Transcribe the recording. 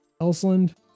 Elsland